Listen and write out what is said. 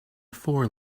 for